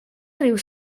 rius